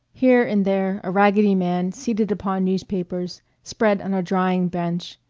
here and there a raggedy man seated upon newspapers spread on a drying bench,